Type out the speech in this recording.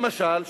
למשל,